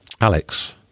Alex